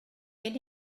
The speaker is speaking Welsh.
hyn